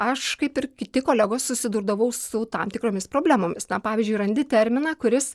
aš kaip ir kiti kolegos susidurdavau su tam tikromis problemomis pavyzdžiui randi terminą kuris